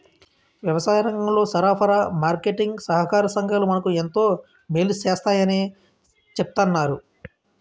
వ్యవసాయరంగంలో సరఫరా, మార్కెటీంగ్ సహాకార సంఘాలు మనకు ఎంతో మేలు సేస్తాయని చెప్తన్నారు